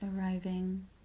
arriving